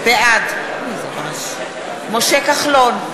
בעד משה כחלון,